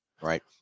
Right